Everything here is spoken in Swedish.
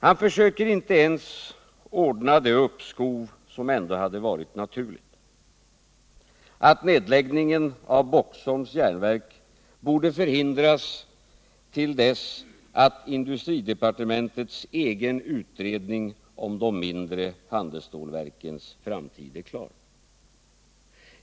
Han försöker inte ens ordna det uppskov som ändå hade varit naturligt — att nedläggningen av Boxholms järnverk borde förhindras till dess att industridepartementets egen utredning om de mindre handelsstålverkens framtid är klar.